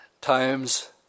times